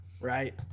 right